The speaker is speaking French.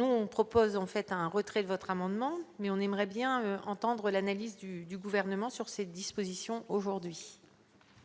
on propose en fait un retrait votre amendement, mais on aimerait bien entendre l'analyse du du gouvernement sur cette disposition aujourd'hui.